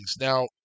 Now